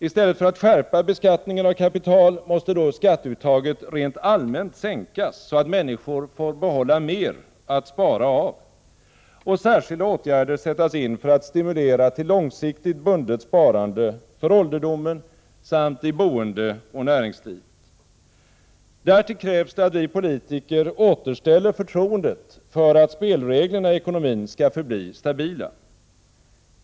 I stället för att skärpa beskattningen av kapital måste då skatteuttaget rent allmänt sänkas, så att människor får behålla mer att spara av, och särskilda åtgärder sättas in för att stimulera till långsiktigt bundet sparande för ålderdomen samt i boende och näringslivet. Därtill krävs det att vi politiker återställer förtroendet för att spelreglerna i ekonomin skall förbli stabila.